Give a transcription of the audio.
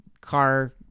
car